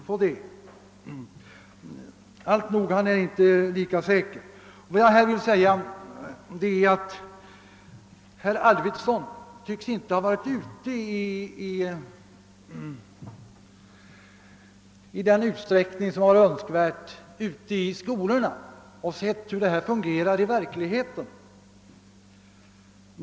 Alltnog: departementschefen är inte lika säker på saken som herr Arvidson. Herr Arvidson tycks inte i erforderlig utsträckning ha varit ute i skolorna och sett hur systemet fungerar i verkligheten.